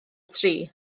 tri